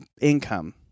income